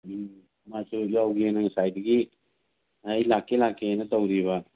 ꯎꯝ ꯃꯥꯁꯨ ꯌꯥꯎꯒꯦꯅ ꯉꯁꯥꯏꯗꯒꯤ ꯑꯩ ꯂꯥꯛꯀꯦ ꯂꯥꯛꯀꯦꯅ ꯇꯧꯔꯤꯑꯕ